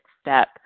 step